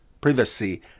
privacy